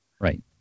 right